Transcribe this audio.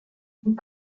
vous